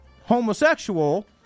homosexual